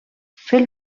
fer